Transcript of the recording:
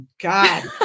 God